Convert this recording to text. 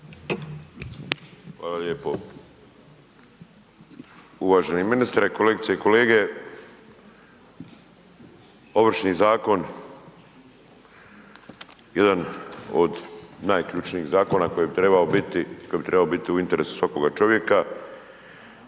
Hvala lijepo. Uvaženi ministre, kolegice i kolege. Ovršni zakon jedan od najključnijih zakona koji bi trebao biti, koji bi trebao